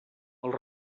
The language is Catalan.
els